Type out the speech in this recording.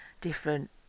Different